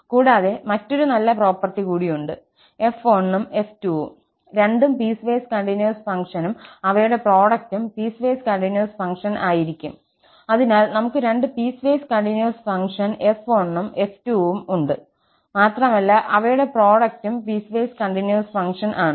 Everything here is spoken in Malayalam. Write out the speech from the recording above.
കൂടാതെ മറ്റൊരു നല്ല പ്രോപ്പർട്ടി കൂടി ഉണ്ട് f1 ഉം f2 ഉം രണ്ടു പീസ്വേസ് കണ്ടിന്യൂസ് ഫംഗ്ഷനും അവയുടെ പ്രോഡക്റ്റും പീസ്വേസ് കണ്ടിന്യൂസ് ഫംഗ്ഷൻ ആയിരിക്കും അതിനാൽ നമുക് രണ്ടു പീസ്വേസ് കണ്ടിന്യൂസ് ഫംഗ്ഷൻ f1 ഉം f2 ഉം ഉണ്ട് മാത്രമല്ല അവയുടെ പ്രോഡക്റ്റും പീസ്വേസ് കണ്ടിന്യൂസ് ഫംഗ്ഷൻ ആണ്